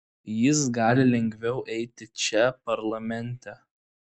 jis gali lengviau eiti čia parlamente